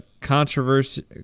controversy